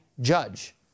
judge